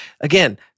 again